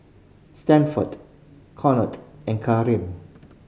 Stanford Conor and Kareem